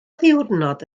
ddiwrnod